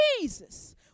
Jesus